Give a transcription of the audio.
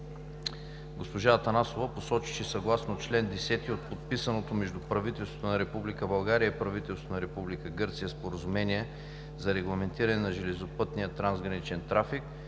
Госпожа Атанасова посочи, че съгласно чл. 10 от подписаното между правителството на Република България и правителството на Република Гърция Споразумение за регламентиране на железопътния трансграничен трафик